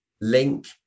link